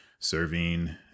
Serving